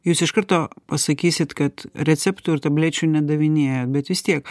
jūs iš karto pasakysit kad receptų ir tablečių nedavinėja bet vis tiek